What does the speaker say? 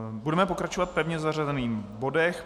Budeme pokračovat v pevně zařazených bodech.